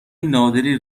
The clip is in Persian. نادری